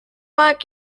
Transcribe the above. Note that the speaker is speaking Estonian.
aeg